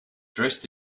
dressed